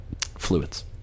fluids